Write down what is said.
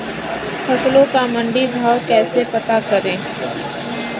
फसलों का मंडी भाव कैसे पता करें?